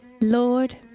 Lord